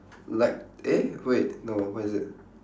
like eh wait no what is it